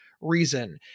reason